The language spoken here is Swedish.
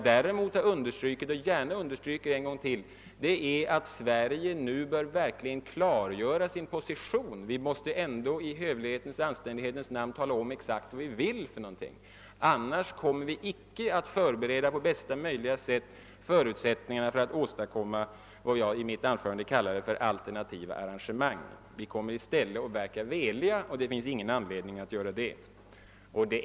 Däremot har jag sagt — och det understryker jag gärna än en gång — att Sverige verkligen bör klargöra sin position; vi måste ändå i hövlighetens och anständighetens namn tala om exakt vad vi vill. Annars kommer vi icke att på bästa möjliga sätt förbereda förutsättningarna att åstadkomma vad jag i mitt anförande kallade för alternativa arrangemang. Vi kommer då i stället att verka veliga, och det finns det ingen anledning att göra.